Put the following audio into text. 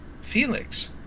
Felix